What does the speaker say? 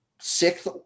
sixth